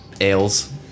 Ales